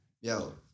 yo